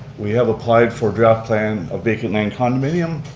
we have applied for draft plan of vacant land condominium,